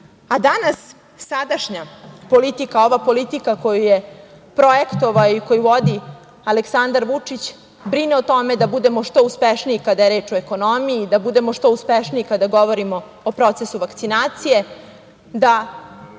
a danas sadašnja politika, ova politika koju je projektovao i koju vodi Aleksandar Vučić, brine o tome da budemo što uspešniji kada je reč o ekonomiji, da budemo što uspešniji kada govorimo o procesu vakcinacije, da